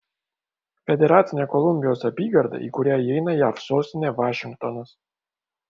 federacinė kolumbijos apygarda į kurią įeina jav sostinė vašingtonas